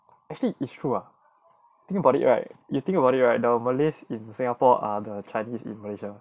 actually it's true lah think about it right you think about it right the malays in singapore are the chinese in malaysia